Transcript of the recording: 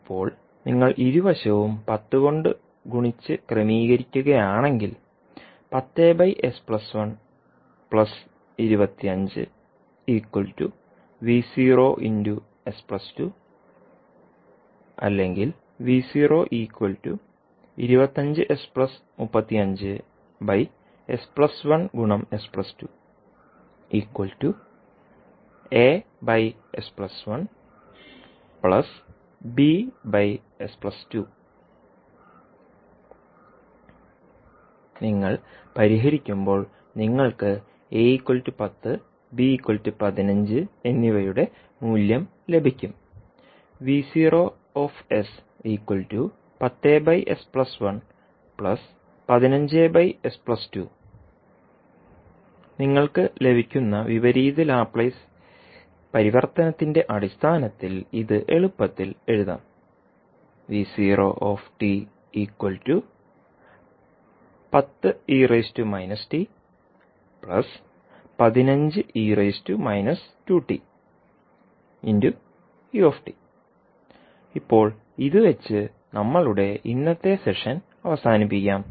ഇപ്പോൾ നിങ്ങൾ ഇരുവശവും 10 കൊണ്ട് ഗുണിച്ച് പുനക്രമീകരിക്കുകയാണെങ്കിൽ അല്ലെങ്കിൽ നിങ്ങൾ പരിഹരിക്കുമ്പോൾ നിങ്ങൾക്ക് A 10 B 15 എന്നിവയുടെ മൂല്യം ലഭിക്കും നിങ്ങൾക്ക് ലഭിക്കുന്ന വിപരീത ലാപ്ലേസ് പരിവർത്തനത്തിന്റെ അടിസ്ഥാനത്തിൽ ഇത് എളുപ്പത്തിൽ എഴുതാം ഇപ്പോൾ ഇതുവച്ച് നമ്മളുടെ ഇന്നത്തെ സെഷൻ അവസാനിപ്പിക്കാം